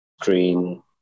screen